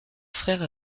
frère